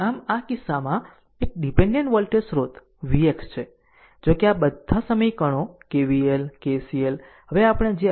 આમ આ કિસ્સામાં એક ડીપેન્ડેન્ટ વોલ્ટેજ સ્રોત vx છે જો કે આ બધા સમીકરણો KVL KCL હવે આપણે જે અભ્યાસ કર્યા છે